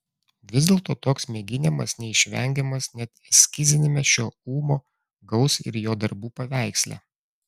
vis dėlto toks mėginimas neišvengiamas net eskiziniame šio ūmo gaus ir jo darbų paveiksle